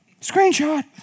Screenshot